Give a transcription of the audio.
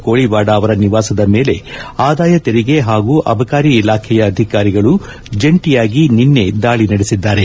ಕೋಳಿವಾದ ಅವರ ನಿವಾಸದ ಮೇಲೆ ಆದಾಯ ತೆರಿಗೆ ಹಾಗೂ ಅಬಕಾರಿ ಇಲಾಖೆಯ ಅಧಿಕಾರಿಗಳು ಜಂಟಿಯಾಗಿ ನಿನ್ನೆ ದಾಳಿ ನಡೆಸಿದ್ದಾರೆ